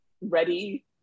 ready